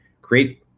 create